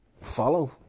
...follow